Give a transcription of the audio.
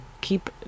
keep